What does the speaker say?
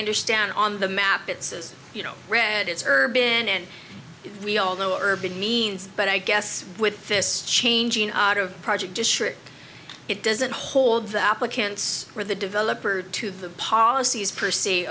understand on the map it says you know red it's urban and we all know urban means but i guess with this changing out of project district it doesn't hold the applicants or the developer to the policies per